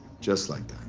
just like